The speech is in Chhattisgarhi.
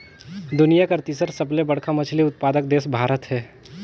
दुनिया कर तीसर सबले बड़खा मछली उत्पादक देश भारत हे